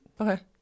okay